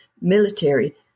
military